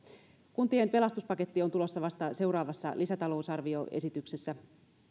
kuntien pelastuspaketti on tulossa vasta seuraavassa lisätalousarvioesityksessä